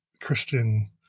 christian